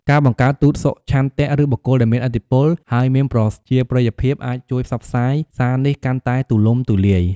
ការបង្កើតទូតសុឆន្ទៈ ឬបុគ្គលដែលមានឥទ្ធិពល ហើយមានប្រជាប្រិយភាព អាចជួយផ្សព្វផ្សាយសារនេះកាន់តែទូលំទូលាយ។